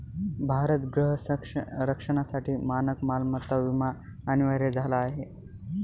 भारत गृह रक्षणासाठी मानक मालमत्ता विमा अनिवार्य झाला आहे